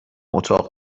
اتاق